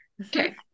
okay